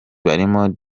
barimo